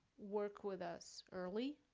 work with us early,